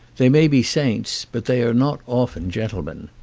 they may be saints but they are not often gen tlemen.